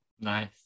Nice